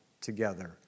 together